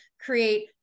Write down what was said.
create